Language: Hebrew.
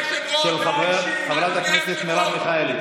של חברת הכנסת מרב מיכאלי.